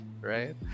Right